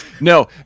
No